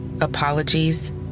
Apologies